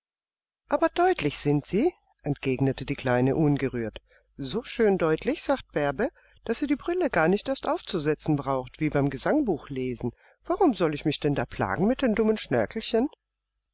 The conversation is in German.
aber deutlich sind sie entgegnete die kleine ungerührt so schön deutlich sagte bärbe daß sie die brille gar nicht erst aufzusetzen braucht wie beim gesangbuchlesen warum soll ich mich denn da plagen mit den dummen schnörkelchen